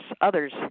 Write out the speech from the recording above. Others